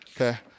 okay